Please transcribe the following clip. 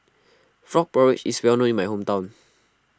Frog Porridge is well known in my hometown